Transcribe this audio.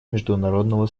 международного